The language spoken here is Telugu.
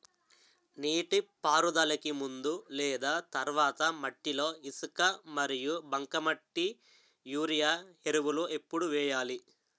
నీటిపారుదలకి ముందు లేదా తర్వాత మట్టిలో ఇసుక మరియు బంకమట్టి యూరియా ఎరువులు ఎప్పుడు వేయాలి?